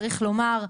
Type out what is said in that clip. צריך לומר,